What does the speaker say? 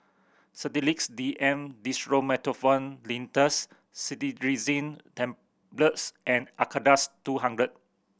Sedilix D M Dextromethorphan Linctus Cetirizine Tablets and Acardust two hundred